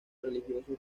religioso